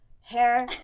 hair